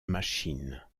machine